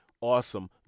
Awesome